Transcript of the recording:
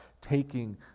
taking